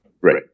right